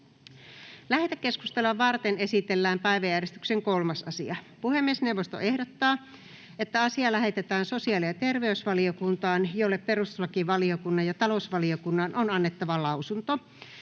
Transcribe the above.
Lähetekeskustelua varten esitellään päiväjärjestyksen 3. asia. Puhemiesneuvosto ehdottaa, että asia lähetetään sosiaali- ja terveysvaliokuntaan, jolle perustuslakivaliokunnan ja talousvaliokunnan on annettava lausunto.